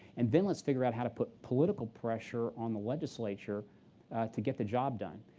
and then let's figure out how to put political pressure on the legislature to get the job done.